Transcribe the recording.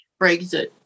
Brexit